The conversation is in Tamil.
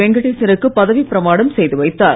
வெங்கடேசனுக்கு பதவிப் பிரமாணம் செய்து வைத்தார்